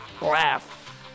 laugh